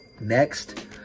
next